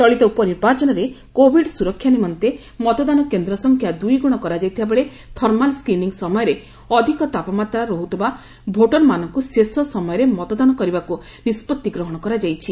ଚଳିତ ଉପନିର୍ବାଚନରେ କୋଭିଡ୍ ସୁରକ୍ଷା ନିମନ୍ତେ ମତଦାନ କେନ୍ଦ୍ର ସଂଖ୍ୟା ଦୁଇଗୁଣ କରାଯାଇଥିବାବେଳେ ଥର୍ମାଲ୍ ସ୍କ୍ରିନିଂ ସମୟରେ ଅଧିକ ତାପମାତ୍ରା ରହୁଥିବା ଭୋଟର୍ମାନଙ୍କୁ ଶେଷ ସମୟରେ ମତଦାନ କରିବାକୁ ନିଷ୍ପଭି ଗ୍ରହଣ କରାଯାଇଛି